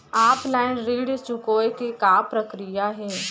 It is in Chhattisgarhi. ऑफलाइन ऋण चुकोय के का प्रक्रिया हे?